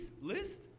list